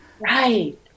Right